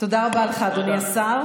תודה רבה לך, אדוני השר.